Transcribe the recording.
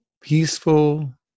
peaceful